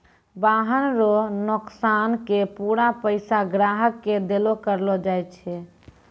वाहन रो नोकसान के पूरा पैसा ग्राहक के देलो करलो जाय छै